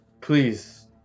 Please